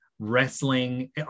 wrestling